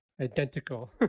Identical